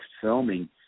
filming